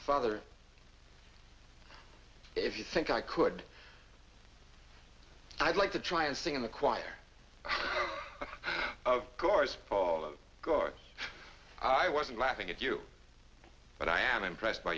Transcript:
father if you think i could i'd like to try and sing in the choir of course fall of course i wasn't laughing at you but i am impressed by